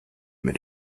mit